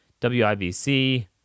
WIBC